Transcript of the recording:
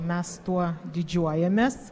mes tuo didžiuojamės